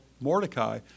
Mordecai